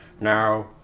Now